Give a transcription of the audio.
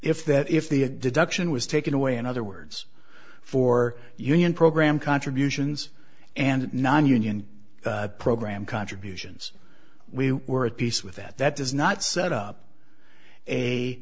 if that if the deduction was taken away in other words for union program contributions and nonunion program contributions we were at peace with that that does not set up